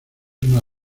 una